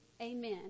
amen